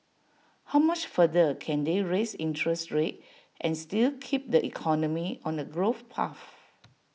how much further can they raise interest rates and still keep the economy on A growth path